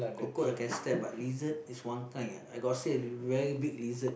cockroach I can step but lizard is one kind I got see a very big lizard